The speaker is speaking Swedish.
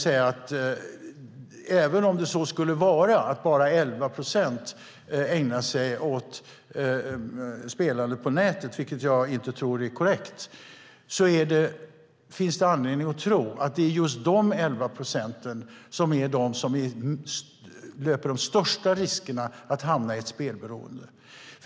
Även om det så skulle vara att bara 11 procent ägnar sig åt spelande på nätet, vilket jag inte tror är korrekt, finns det anledning att tro att det är just de 11 procenten som löper de största riskerna att hamna i ett spelberoende.